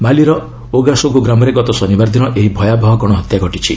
ମାଲିର Ogossagou ଗ୍ରାମରେ ଗତ ଶନିବାର ଦିନ ଏହି ଭୟାବହ ଗଣହତ୍ୟା ଘଟିଛି